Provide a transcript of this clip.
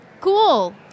cool